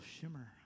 shimmer